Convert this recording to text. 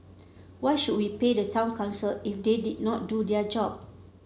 why should we pay the town council if they did not do their job